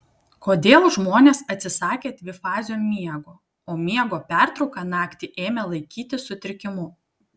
kodėl žmonės atsisakė dvifazio miego o miego pertrauką naktį ėmė laikyti sutrikimu